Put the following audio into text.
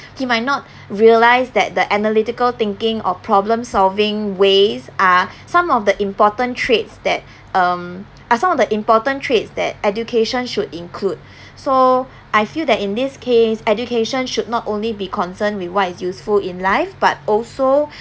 he might not realise that the analytical thinking or problem solving ways are some of the important traits that um are some of the important traits that education should include so I feel that in this case education should not only be concerned with what is useful in life but also